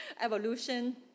evolution